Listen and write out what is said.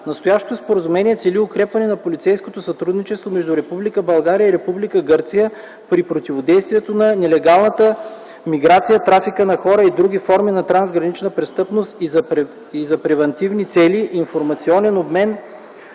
Настоящето споразумение цели укрепване на полицейското сътрудничество между Република България и Република Гърция при противодействието на нелегалната миграция, трафика на хора и други форми на трансграничната престъпност и за превантивни цели – информационен обмен